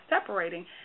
separating